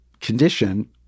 condition